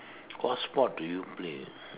what sport do you play